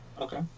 Okay